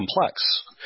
complex